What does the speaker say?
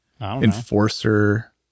Enforcer